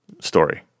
story